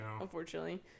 unfortunately